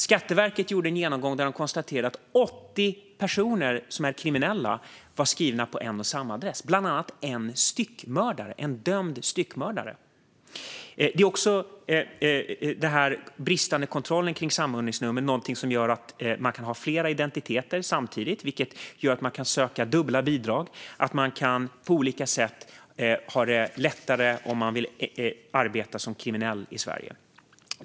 Skatteverket gjorde en genomgång där de konstaterade att 80 personer som är kriminella var skrivna på en och samma adress, däribland en dömd styckmördare. Den bristande kontrollen av samordningsnummer är någonting som gör att man kan har flera identiteter samtidigt, vilket gör att man kan söka dubbla bidrag och att man på olika sätt kan ha det lättare om man vill arbeta som kriminell i Sverige.